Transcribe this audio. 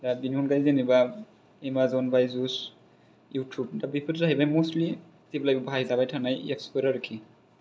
दा बेनि अनगायै जेनबा एमाजन बाईजुस इउथुब दा बेफोर जाहैबाय मस्थलि जेब्लाइबो बाहायजाबाय थानाय एफ्स फोर आरोखि